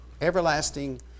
Everlasting